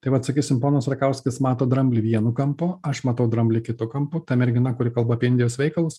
tai vat sakysim ponas rakauskis mato dramblį vienu kampu aš matau dramblį kitu kampu ta mergina kuri kalba apie indijos veikalus